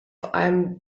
einem